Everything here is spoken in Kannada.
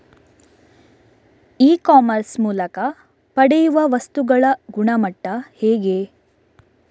ಇ ಕಾಮರ್ಸ್ ಮೂಲಕ ಪಡೆಯುವ ವಸ್ತುಗಳ ಗುಣಮಟ್ಟ ಹೇಗೆ?